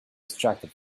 distracted